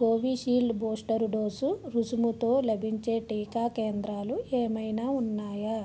Covishield booster dose రుసుముతో లభించే టీకా కేంద్రాలు ఏమైనా ఉన్నాయా